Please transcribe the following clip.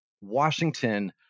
Washington